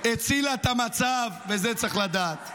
הצילה את המצב, ואת זה צריך לדעת.